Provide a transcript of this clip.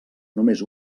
només